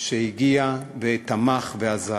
שהגיע ותמך ועזר.